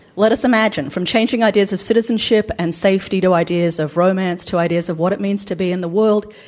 let us imagine, from changing ideas of citizenship and safety, to ideas of romance to ideas of what it means to be in the world,